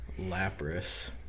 Lapras